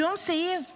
שום סעיף מחייב,